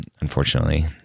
unfortunately